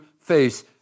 face